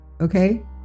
Okay